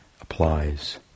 applies